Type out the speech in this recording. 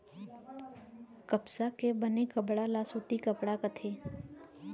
कपसा के बने कपड़ा ल सूती कपड़ा कथें